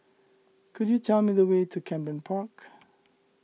could you tell me the way to Camden Park